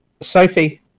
Sophie